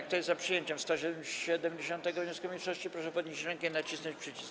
Kto jest za przyjęciem 170. wniosku mniejszości, proszę podnieść rękę i nacisnąć przycisk.